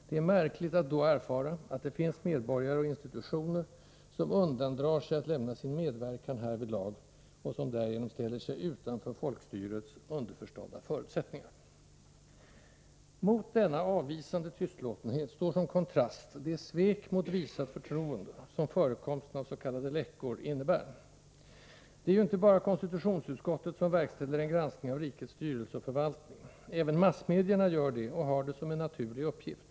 Det är märkligt att då erfara att det finns medborgare och institutioner, som undandrar sig att lämna sin medverkan härvidlag och som därigenom ställer sig utanför folkstyrets underförstådda förutsättningar. Mot denna avvisande tystlåtenhet står som kontrast det svek mot visat förtroende som förekomsten av s.k. läckor innebär. Det är ju inte bara konstitutionsutskottet som verkställer en granskning av rikets styrelse och förvaltning. Även massmedierna gör detta och har det som en naturlig uppgift.